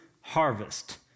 harvest